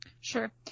Sure